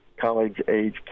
college-age